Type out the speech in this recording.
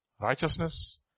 righteousness